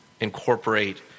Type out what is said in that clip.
incorporate